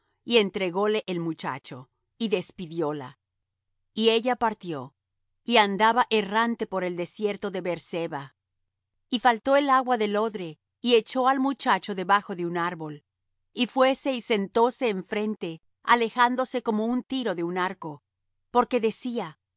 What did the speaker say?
y entrególe el muchacho y despidióla y ella partió y andaba errante por el desierto de beer-seba y faltó el agua del odre y echó al muchacho debajo de un árbol y fuése y sentóse enfrente alejándose como un tiro de arco porque decía